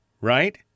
right